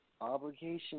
Obligation